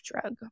drug